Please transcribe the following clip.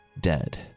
dead